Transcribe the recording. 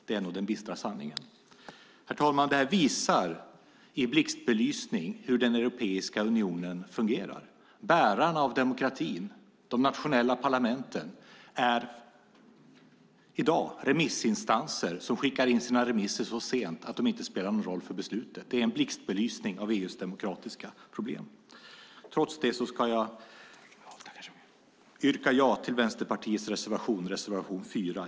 Det är nog den bistra sanningen. Detta visar i blixtbelysning hur Europeiska unionen fungerar. Bärarna av demokratin, de nationella parlamenten, är i dag remissinstanser som skickar in sina remisser så sent att de inte spelar någon roll för beslutet. Det är en blixtbelysning av EU:s demokratiska problem. Trots det ska jag yrka bifall till Vänsterpartiets reservation 4.